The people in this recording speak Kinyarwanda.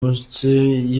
munsi